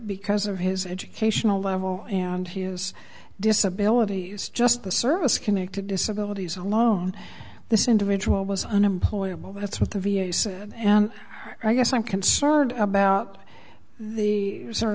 because of his educational level and he is disability is just a service connected disability alone this individual was unemployable that's what the v a said and i guess i'm concerned about the sort